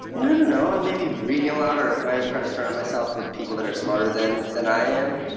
yeah know. um maybe reading a lot. or i always try to surround myself with people that are smarter than than i am.